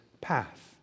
path